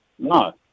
No